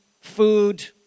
food